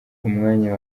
umwanya